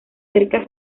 cerca